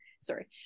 sorry